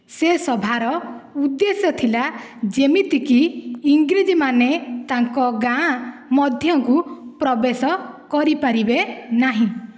ସେ ସଭାର ଉଦେଶ୍ୟ ଥିଲା ଯେମିତିକି ଇଂରେଜମାନେ ତାଙ୍କ ଗାଁ ମଧ୍ୟକୁ ପ୍ରବେଶ କରିପାରିବେ ନାହିଁ